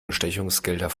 bestechungsgelder